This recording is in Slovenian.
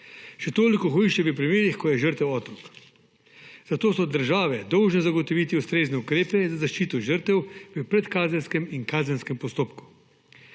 Še toliko hujše je v primerih, ko je žrtev otrok. Zato so države dolžne zagotoviti ustrezne ukrepe za zaščito žrtev v predkazenskem in kazenskem postopku.